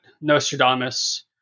nostradamus